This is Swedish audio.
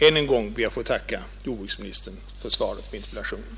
Än en gång ber jag att få tacka jordbruksministern för svaret på interpellationen.